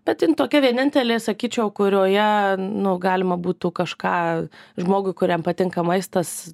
bet jin tokia vienintelė sakyčiau kurioje nu galima būtų kažką žmogui kuriam patinka maistas